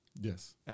Yes